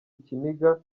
ikiniga